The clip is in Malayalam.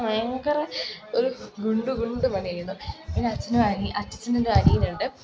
ഭയങ്കര ഒരു ഗുണ്ടു ഗുണ്ടു മണിയായിരുന്നു എൻ്റെ അച്ഛനൊരനിയൻ അച്ചച്ചനൊരനിയനുണ്ട്